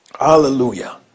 Hallelujah